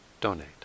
donate